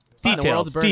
Details